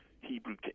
Hebrew